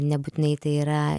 nebūtinai tai yra